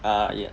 ah yeah